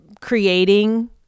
creating